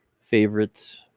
Favorites